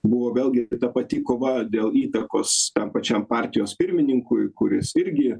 buvo vėlgi ta pati kova dėl įtakos tam pačiam partijos pirmininkui kuris irgi